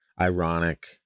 ironic